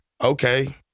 okay